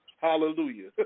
Hallelujah